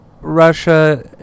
Russia